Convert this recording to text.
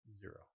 Zero